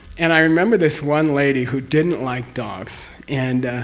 and i remember this one lady who didn't like dogs and.